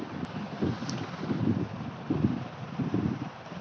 ఏవైనా గింజలు నిల్వ చేయాలంటే అందులో ఎంత శాతం ఉండాలి?